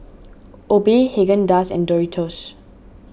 Obey Haagen Dazs and Doritos